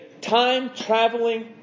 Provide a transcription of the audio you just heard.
time-traveling